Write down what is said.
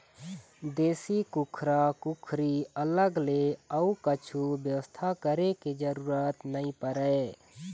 देसी कुकरा कुकरी अलग ले अउ कछु बेवस्था करे के जरूरत नइ परय